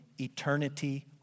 eternity